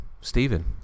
Stephen